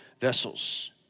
vessels